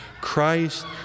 Christ